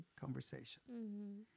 conversation